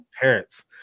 parents